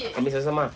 ambil sama-sama ah